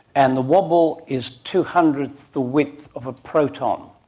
and the wobble is two hundredth the width of a proton.